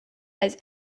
has